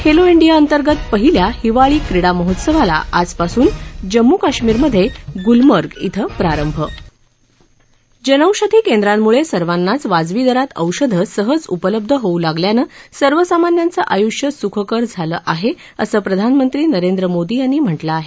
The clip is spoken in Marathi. खेलो इंडिया अंतर्गत पहिल्या हिवाळी क्रीडा महोत्सवाला आजपासून जम्मू काश्मीर मधे ग्लमर्ग इथं प्रारंभ जनौषधी केंद्रांमुळे सर्वानाचं वाजवीदरात औषध सहज उपलब्ध होऊ लागल्यानं सर्वसामान्याचं आय्ष्य सुखकर झालं आहे असं प्रधानमंत्री नरेंद्र मोदी यांनी म्हटलं आहे